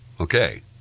Okay